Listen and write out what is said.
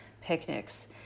picnics